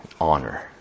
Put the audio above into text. honor